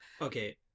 Okay